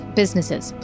businesses